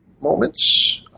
moments